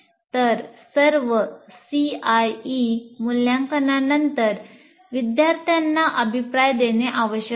तर सर्व CIE मूल्यांकनानंतर विद्यार्थ्यांना अभिप्राय देणे आवश्यक आहे